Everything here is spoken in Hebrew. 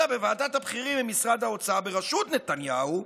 אלא בוועדת המחירים במשרד האוצר, בראשות נתניהו,